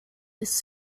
his